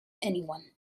anyone